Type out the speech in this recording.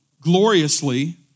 gloriously